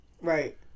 Right